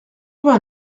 vingt